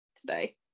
today